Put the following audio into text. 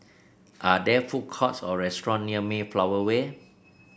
are there food courts or restaurants near Mayflower Way